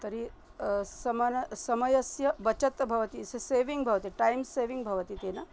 तर्हि समानः समयस्य बचत् भवति सस सेविङ्ग् भवति टैम् सेविङ्ग् भवति तेन